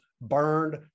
burned